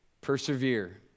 Persevere